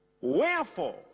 Wherefore